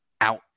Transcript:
out